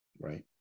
right